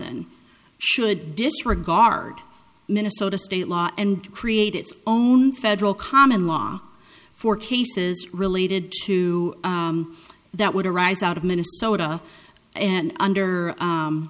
n should disregard minnesota state law and create its own federal common law for cases related to that would arise out of minnesota and under